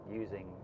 using